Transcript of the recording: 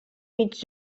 mig